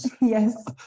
Yes